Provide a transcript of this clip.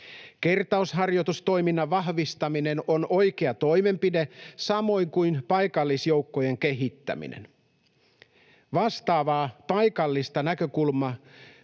Kertausharjoitustoiminnan vahvistaminen on oikea toimenpide, samoin kuin paikallisjoukkojen kehittäminen. Vastaavaa paikallista näkökulmaa